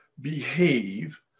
behave